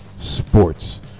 Sports